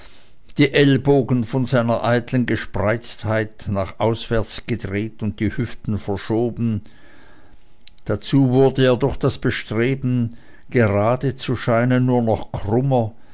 die ellbogen von seiner eitlen gespreiztheit nach auswärts gedreht und die hüften verschoben dazu wurde er durch das bestreben grade zu scheinen nur noch krummer